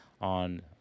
on